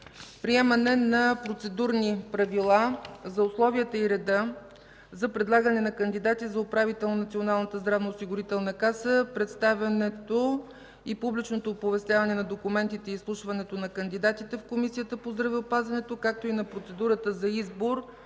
приемане на процедурни правила за условията и реда за предлагане на кандидати за управител на Националната здравноосигурителна каса, представянето и публичното оповестяване на документите и изслушването на кандидатите в Комисията по здравеопазването, както и на процедурата за избор